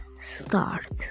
start